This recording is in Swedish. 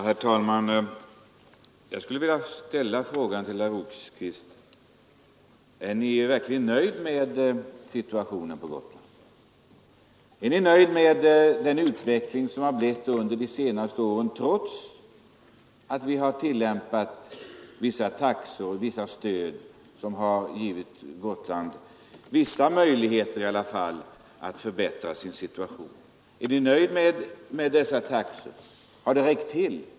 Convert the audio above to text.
Herr talman! Jag skulle vilja fråga herr Rosqvist: Är Ni verkligen nöjd med situationen på Gotland? Är Ni nöjd med utvecklingen under de senaste åren trots att vi har tillämpat taxor och stöd som dock givit Gotland vissa möjligheter att förbättra sin situation? Är Ni nöjd med dessa taxor? Har de räckt till?